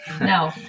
No